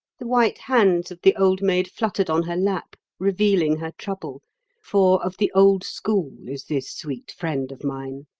the white hands of the old maid fluttered on her lap, revealing her trouble for of the old school is this sweet friend of mine.